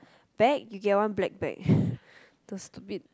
bag you get one black bag those stupid